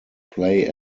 play